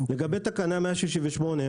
לגבי תקנה 168,